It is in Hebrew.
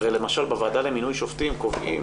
הרי למשל בוועדה למינוי שופטים קובעים